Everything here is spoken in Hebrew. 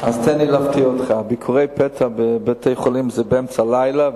אז תן לי להפתיע אותך: ביקורי פתע בבתי-חולים זה באמצע הלילה,